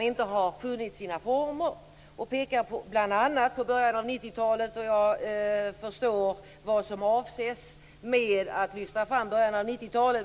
inte funnit sina former. Hon pekar bl.a. på början av 90 talet. Jag förstår vad som avses med att lyfta fram början av 90-talet.